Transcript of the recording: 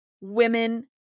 women